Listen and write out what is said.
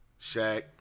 Shaq